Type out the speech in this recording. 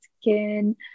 skin